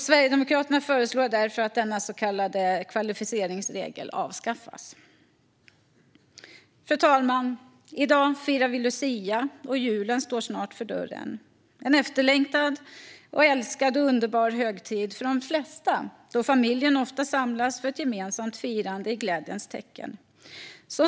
Sverigedemokraterna föreslår därför att denna så kallade kvalificeringsregel avskaffas. Fru talman! I dag firar vi lucia, och julen står snart för dörren - en efterlängtad, älskad och underbar högtid för de flesta, då familjen ofta samlas för ett gemensamt firande i glädjens tecken.